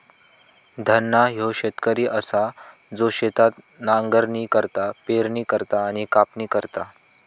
धन्ना ह्यो शेतकरी असा जो शेतात नांगरणी करता, पेरणी करता आणि कापणी करता